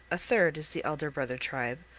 a third is the elder-brother tribe,